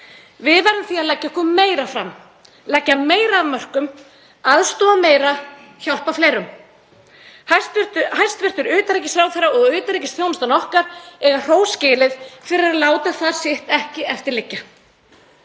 Við verðum því að leggja okkur meira fram, leggja meira af mörkum, aðstoða meira, hjálpa fleirum. Hæstv. utanríkisráðherra og utanríkisþjónustan okkar eiga hrós skilið fyrir að láta ekki sitt eftir liggja